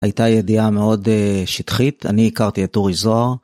הייתה ידיעה מאוד שטחית, אני הכרתי את טוריזור.